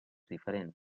diferents